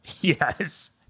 Yes